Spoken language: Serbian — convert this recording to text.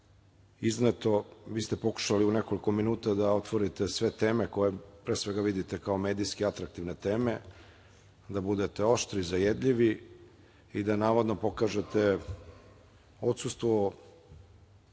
izneto. Vi se pokušali u nekoliko minuta da otvorite sve teme koje pre svega vidite kao medijski atraktivne teme, da budete oštri, zajedljivi i da navodno pokažete odsustvo